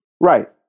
Right